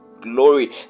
glory